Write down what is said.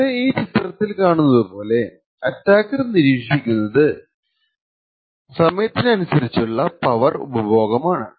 ഇവിടെ ഈ ചിത്രത്തിൽ കാണുന്നത് പോലെ അറ്റാക്കർ നിരീക്ഷിക്കുന്നത് സമത്തിനനുസരിച്ചുള്ള പവർ ഉപഭോഗമാണ്